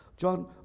John